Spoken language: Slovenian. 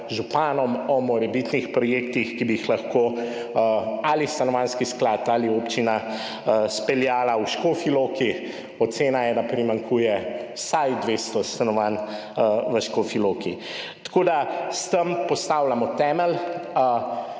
županom, o morebitnih projektih, ki bi jih lahko Stanovanjski sklad ali občina speljala v Škofji Loki. Ocena je, da primanjkuje vsaj 200 stanovanj v Škofji Loki. Tako da, s tem postavljamo temelj,